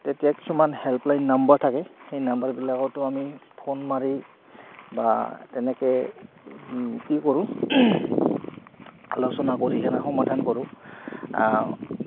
তেতিয়া কিছুমান helpline number থাকে সেই নাম্বাৰবিলাকতো আমি ফোন মাৰি বা তেনেকে কি কৰোঁ আলোচনা কৰি সেনে সমাধান কৰোঁ